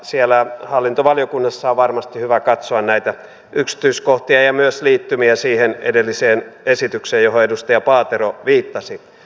siellä hallintovaliokunnassa on varmasti hyvä katsoa näitä yksityiskohtia ja myös liittymiä siihen edelliseen esitykseen johon edustaja paatero viittasi